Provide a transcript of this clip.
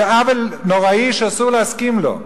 זה עוול נוראי, שאסור להסכים לו,